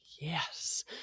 yes